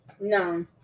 No